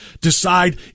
decide